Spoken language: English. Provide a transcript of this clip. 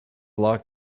locked